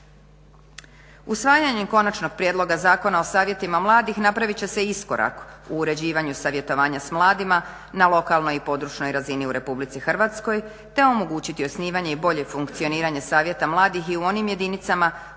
Usvajanjem Konačnog prijedloga zakona o Savjetima mladih napravit će se iskorak u uređivanju savjetovanja sa mladima na lokalnoj i područnoj razini u RH, te omogućiti osnivanje i bolje funkcioniranje Savjeta mladih i u onim jedinicama